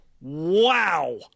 wow